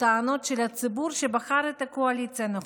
הטענות של הציבור שבחר את הקואליציה הנוכחית,